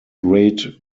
great